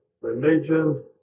religion